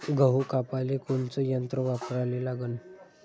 गहू कापाले कोनचं यंत्र वापराले लागन?